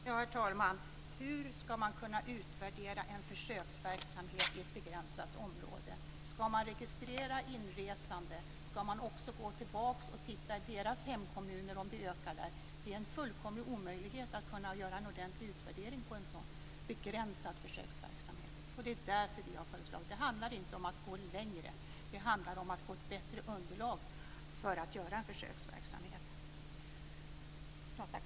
Herr talman! Hur ska man kunna utvärdera en försöksverksamhet i ett begränsat område? Ska man registrera inresande, och ska man titta på om konsumtionen ökar i deras hemkommuner? Det är en fullkomlig omöjlighet att göra en ordentlig utvärdering av en sådan begränsad försöksverksamhet. Det är därför vi har lagt fram vårt förslag. Det handlar inte om att gå längre, utan det handlar om att få ett bättre underlag för att genomföra en försöksverksamhet.